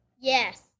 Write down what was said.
Yes